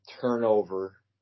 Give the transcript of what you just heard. turnover